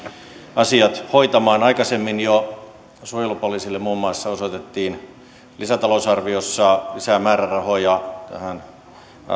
asiat hoitamaan aikaisemmin jo suojelupoliisille muun muassa osoitettiin lisätalousarviossa lisää määrärahoja tähän